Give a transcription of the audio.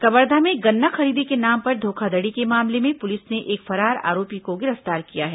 कवर्धा में गन्ना खरीदी के नाम पर धोखाधड़ी के मामले में पुलिस ने एक फरार आरोपी को गिरफ्तार किया है